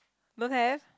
don't have